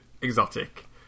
exotic